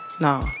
No